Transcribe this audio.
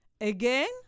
Again